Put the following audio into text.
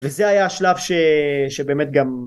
וזה היה השלב שבאמת גם